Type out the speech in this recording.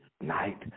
Night